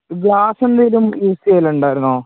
glass എന്തെങ്കിലും use ചെയ്യലുണ്ടായിരുന്നോ